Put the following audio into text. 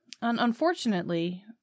Unfortunately